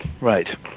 Right